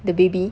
the baby